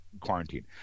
quarantine